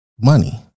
money